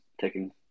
taking